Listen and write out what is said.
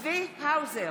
צבי האוזר,